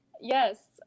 yes